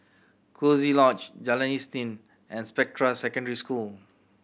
Coziee Lodge Jalan Isnin and Spectra Secondary School